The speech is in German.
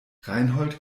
reinhold